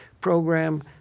Program